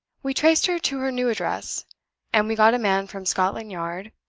we traced her to her new address and we got a man from scotland yard,